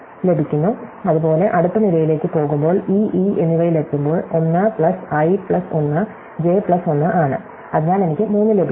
ലഭിക്കുന്നു അതുപോലെ അടുത്ത നിരയിലേക്ക് പോകുമ്പോൾ ഇ ഇ എന്നിവയിലെത്തുമ്പോൾ 1 plus i plus 1 j plus 1 ആണ് അതിനാൽ എനിക്ക് 3 ലഭിക്കുന്നു